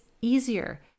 easier